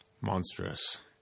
Monstrous